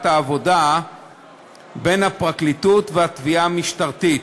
העבודה בין הפרקליטות והתביעה המשטרתית,